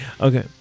Okay